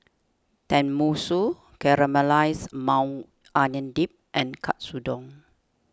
Tenmusu Caramelized Maui Onion Dip and Katsudon